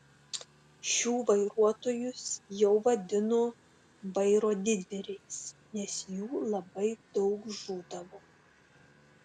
šių vairuotojus jau vadino vairo didvyriais nes jų labai daug žūdavo